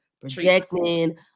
projecting